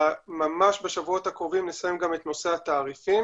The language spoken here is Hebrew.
וממש בשבועות הקרובים נסיים גם את נושא התעריפים,